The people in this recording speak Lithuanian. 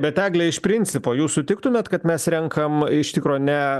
bet egle iš principo jūs sutiktumėt kad mes renkam iš tikro ne